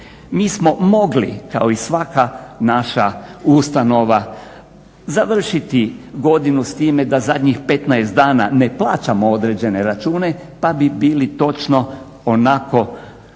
Mi smo mogli kao i svaka naša ustanova završiti godinu s time da zadnjih 15 dana ne plaćamo određene račune pa bi bili točno onako